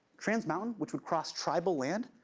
trans mountain, which would cross tribal land,